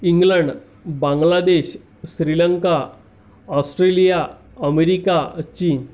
England Bangladesh Sri Lanka Australia America चीन